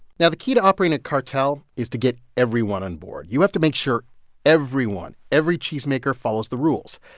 now the key to operating a cartel is to get everyone onboard. you have to make sure everyone every cheesemaker follows the rules.